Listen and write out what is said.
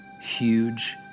huge